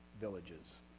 villages